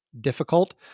difficult